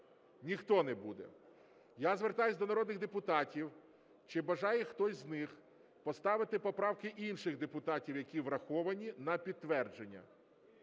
Ніхто не буде. Я звертаюсь до народних депутатів, чи бажає хтось із них поставити поправки інших депутатів, які враховані, на підтвердження.